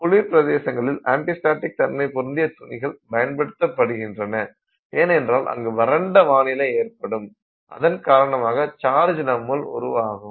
குளிர் பிரதேசங்களில் anti static தன்மை பொருந்திய துணிகள் பயன்படுகின்றன ஏனெனில் அங்கு வறண்ட வானிலை ஏற்படும் அதன் காரணமாக சார்ஜ் நம்முள் உருவாகும்